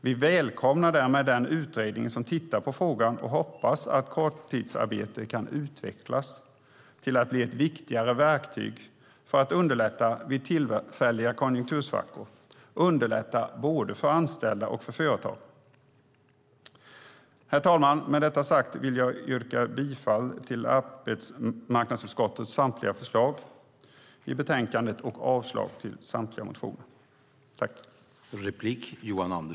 Vi välkomnar därmed den utredning som tittar på frågan och hoppas att korttidsarbete kan utvecklas till att bli ett viktigare verktyg för att underlätta vid tillfälliga konjunktursvackor, underlätta både för anställda och för företag. Herr talman! Med detta sagt vill jag yrka bifall till arbetsmarknadsutskottets förslag i betänkandet och avslag på samtliga motioner.